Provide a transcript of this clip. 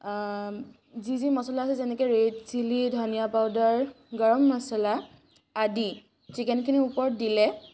যি যি মছলা আছে যেনেকৈ ৰেড চিলি ধনিয়া পাউডাৰ গৰম মছলা আদি চিকেনখিনিৰ ওপৰত দিলে